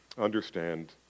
understand